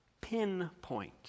pinpoint